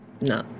No